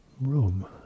room